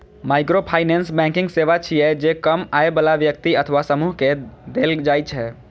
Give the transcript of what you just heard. microfinance banking सेवा छियै, जे कम आय बला व्यक्ति अथवा समूह कें देल जाइ छै